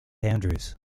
andrews